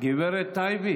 נעמה לזימי,